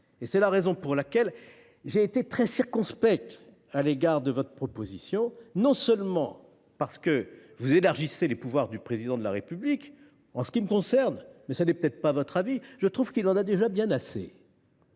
! C’est la raison pour laquelle j’ai été très circonspect à l’égard de votre proposition, non seulement parce que vous élargissez les pouvoirs du Président de la République – en ce qui me concerne, mais ce n’est peut être pas votre avis, j’estime qu’il en a déjà bien assez